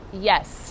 Yes